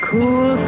Cool